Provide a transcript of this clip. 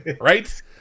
Right